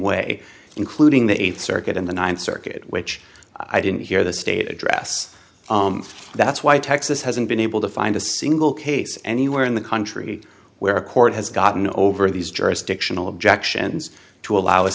way including the eighth circuit in the ninth circuit which i didn't hear the state address that's why texas hasn't been able to find a single case anywhere in the country where a court has gotten over these jurisdictional objections to allow a